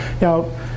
Now